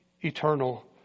Eternal